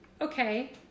Okay